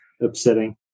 upsetting